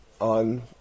on